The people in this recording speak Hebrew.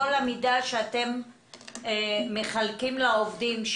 על ההפרות בכל המידע שאתם מחלקים לעובדים?